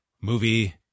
movie